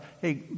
hey